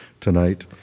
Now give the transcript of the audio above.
tonight